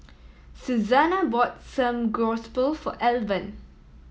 Suzanna bought Samgeyopsal for Alvan